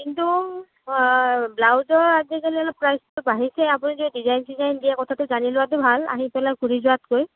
কিন্তু ব্লাউজৰ আজিকালি প্ৰাইচটো বাঢ়িছে আপুনি যদি ডিজাইন চিজাইন দিয়ে কথাতো জানি লোৱা ভাল আহি পেলাই ঘূৰি যোৱাতকৈ